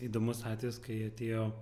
įdomus atvejis kai atėjo